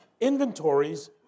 inventories